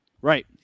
Right